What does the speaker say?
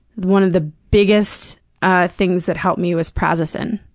one of the biggest ah things that helped me was prazosin.